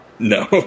no